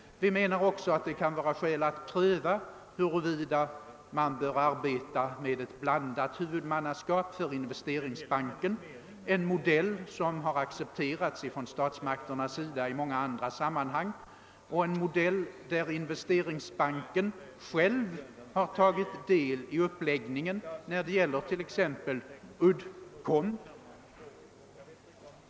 Vi menar också att det kan vara skäl att pröva huruvida man bör arbeta med ett blandat huvudmannaskap för Investeringsbanken, en modell som har accepterats av statsmakterna i många andra sammanhang. Investeringsbanken har själv tagit del i uppläggningen av en sådan modell när det gäller t.ex. Uddcomb.